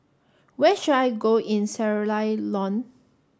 where should I go in Sierra Leone